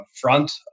front